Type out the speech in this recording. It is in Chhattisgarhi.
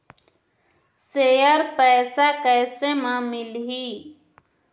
शेयर पैसा कैसे म मिलही?